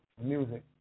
music